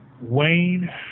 Wayne